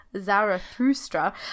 Zarathustra